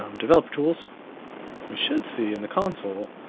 um develop tools, and we should see in the console.